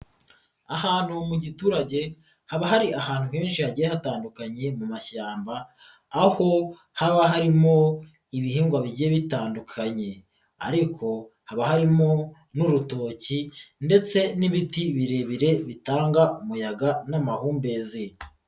Ahantu mu giturage haba hari ahantu henshi hagiye hatandukanye mu mashyamba, aho haba harimo ibihingwa bigiye bitandukanye ariko haba harimo n'urutoki ndetse n'ibiti birebire bitanga umuyaga n'amahumbezi.